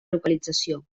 localització